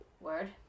Word